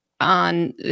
on